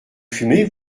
fumez